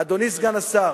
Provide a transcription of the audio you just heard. אדוני סגן השר,